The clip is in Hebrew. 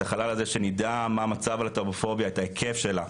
החלל הזה שנדע מה המצב של הלהט"בופוביה את ההיקף שלה,